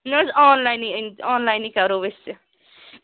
نہَ حظ آن لاینٕے أنۍ آن لاینٕے کَرو أسۍ یہِ